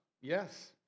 Yes